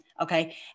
Okay